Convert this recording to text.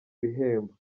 bihembo